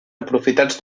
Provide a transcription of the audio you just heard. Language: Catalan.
aprofitats